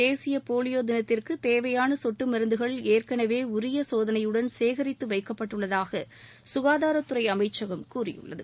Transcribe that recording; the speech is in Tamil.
தேசிய போலியோ தினத்திற்கு தேவையான சொட்டு மருந்துகள் ஏற்கனவே உரிய சோதனையுடன் சேகரித்து வைக்கப்பட்டுள்ளதாக சுகாதாரத்துறை அமைச்சகம் கூறியுள்ளது